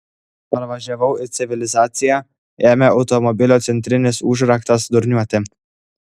parvažiavau į civilizaciją ėmė automobilio centrinis užraktas durniuoti